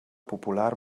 popular